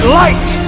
light